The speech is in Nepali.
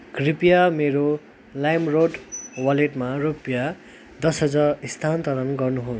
कृपया मेरो लाइमरोड वालेटमा रुपियाँ दस हजार स्थानान्तरण गर्नुहोस्